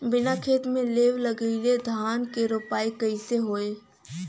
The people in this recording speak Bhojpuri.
बिना खेत में लेव लगइले धान के रोपाई कईसे होई